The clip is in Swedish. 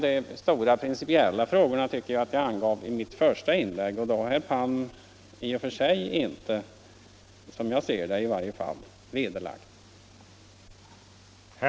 De stora, principiella frågorna tycker jag att jag klargjorde i mitt första inlägg, och de synpunkterna har herr Palm som jag ser det inte vederlagt.